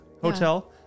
Hotel